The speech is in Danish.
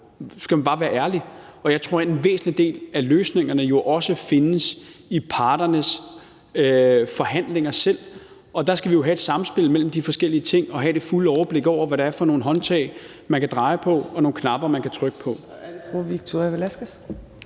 Så skal man bare være ærlig, og jeg tror, at en væsentlig del af løsningerne jo også findes i selve parternes forhandlinger, og der skal vi jo have et samspil mellem de forskellige ting og have det fulde overblik over, hvad det er for nogle håndtag, man kan dreje på, og nogle knapper, man kan trykke på.